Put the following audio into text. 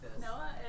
Noah